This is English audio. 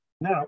Now